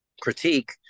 critique